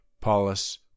Paulus